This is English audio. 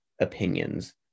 opinions